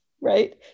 Right